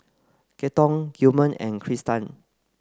Kenton Gilmer and Krista